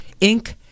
Inc